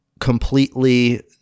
completely